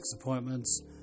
appointments